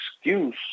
excuse